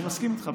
אני מסכים איתך,